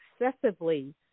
excessively